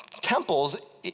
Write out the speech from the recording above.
temples